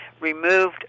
removed